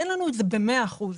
אין לנו את זה במאה אחוזים.